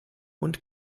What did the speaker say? und